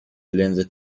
لنز